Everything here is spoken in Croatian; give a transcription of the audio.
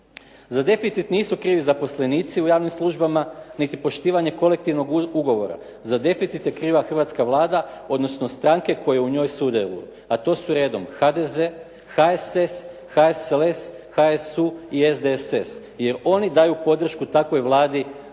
Za deficit nisu krivi zaposlenici u javnim službama, niti poštivanje kolektivnog ugovora. Za deficit je kriva Hrvatska vlada, odnosno stranke koje u njoj sudjeluju. A to su redom HDZ, HSS, HSLS, HSU i SDSS, jer oni daju podršku takvoj Vladi